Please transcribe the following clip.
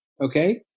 okay